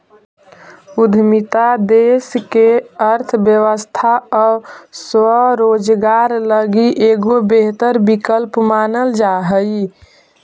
उद्यमिता देश के अर्थव्यवस्था आउ स्वरोजगार लगी एगो बेहतर विकल्प मानल जा हई